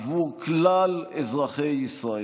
עבור כלל אזרחי ישראל.